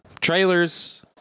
trailers